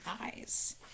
eyes